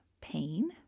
pain